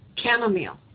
Chamomile